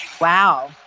Wow